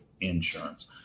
insurance